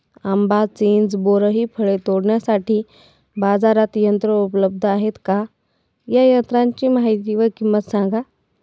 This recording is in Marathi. आंबा, चिंच, बोर हि फळे तोडण्यासाठी बाजारात यंत्र उपलब्ध आहेत का? या यंत्रांची माहिती व किंमत सांगा?